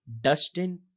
Dustin